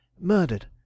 Murdered